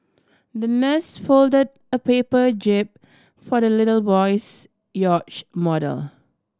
the nurse folded a paper jib for the little boy's yacht model